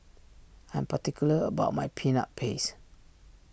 I am particular about my Peanut Paste